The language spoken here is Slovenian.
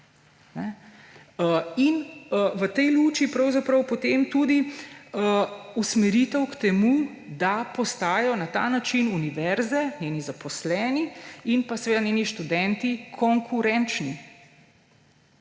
V tej luči potem tudi usmeritev k temu, da postajajo na ta način univerze in njeni zaposleni in seveda njeni študenti konkurenčni.